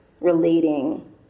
relating